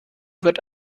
wird